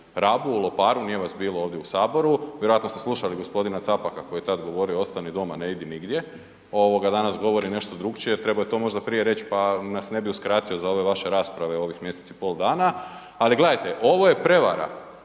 Rabu, u Loparu, nije vas bilo ovdje u saboru, vjerojatno ste slušali g. Capaka koji je tad govorio „ostani doma ne idi nigdje“ ovoga danas govori nešto drukčije, trebao je to možda prije reć, pa nas ne bi uskratio za ove vaše rasprave ovih mjesec i pol dana. Ali gledajte, ovo je prevara.